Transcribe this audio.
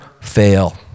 fail